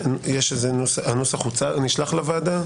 הנוסח הממשלתי נשלח לוועדה?